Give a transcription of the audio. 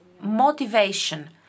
motivation